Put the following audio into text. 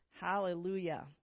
Hallelujah